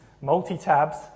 multi-tabs